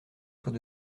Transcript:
soit